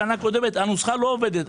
הנוסחה לא עובדת.